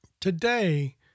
today